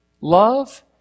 love